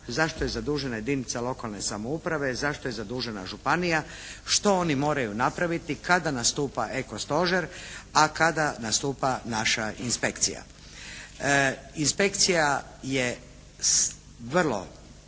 za što je zadužena jedinica lokalne samouprave, za što je zadužena županija, što oni moraju napraviti, kada nastupa eko stožer a kada nastupa naša inspekcija. Inspekcija je vrlo,